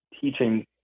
teaching